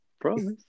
promise